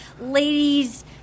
ladies